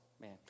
man